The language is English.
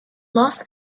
los